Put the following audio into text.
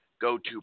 go-to